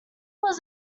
was